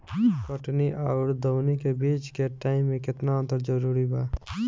कटनी आउर दऊनी के बीच के टाइम मे केतना अंतर जरूरी बा?